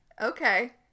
okay